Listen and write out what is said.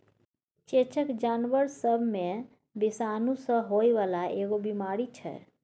चेचक जानबर सब मे विषाणु सँ होइ बाला एगो बीमारी छै